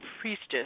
Priestess